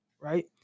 right